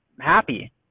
happy